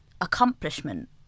accomplishment